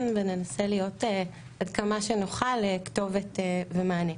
וננסה להיות עד כמה שנוכל כתובת ומענה.